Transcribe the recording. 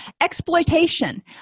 exploitation